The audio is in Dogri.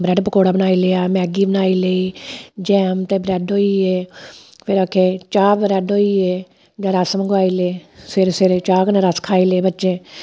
ब्रेड पकौड़ा बनाई लेआ मैगी बनाई लेई जैम ते ब्रैड होई गे फिर फिर आखे चा ब्रैड होई गे जां रस मंगाई ले सबेरे सबेरे चाह् कन्नै रस खाई ले बच्चें